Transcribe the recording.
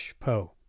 po